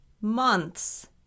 months